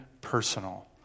personal